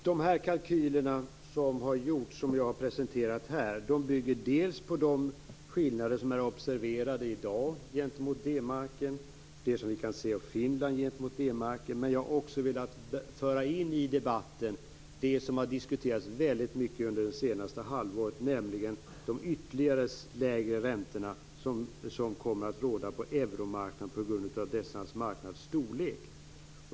Fru talman! De kalkyler som har gjorts och som jag har presenterat här bygger på de skillnader som i dag är observerade gentemot D-marken och det som vi kan se i Finland gentemot D-marken. Jag har också velat föra in i debatten det som under det senaste halvåret har diskuterats väldigt mycket, nämligen de ännu lägre räntor som kommer att råda på euromarknaden på grund av denna marknads storlek.